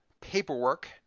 paperwork